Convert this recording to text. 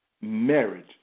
Marriage